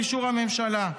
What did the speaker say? לאישור הממשלה.